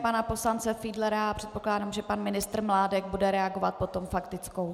Pana poslance Fiedlera a předpokládám, že pan ministr Mládek bude reagovat potom faktickou.